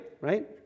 right